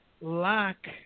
lack